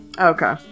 okay